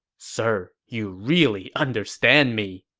sir, you really understand me!